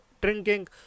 drinking